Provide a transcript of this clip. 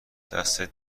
دستت